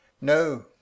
no